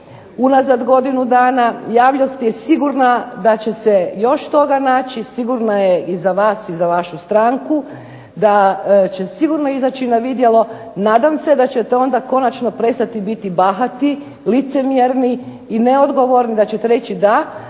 unazad godinu dana, javnost je sigurna da će se još toga naći, sigurna je i za vas i za vašu stranku da će sigurno izaći na vidjelo. Nadam se da ćete onda konačno prestati biti bahati, licemjerni i neodgovorni, da ćete reći da